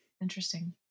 Interesting